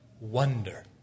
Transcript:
wonder